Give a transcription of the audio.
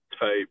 type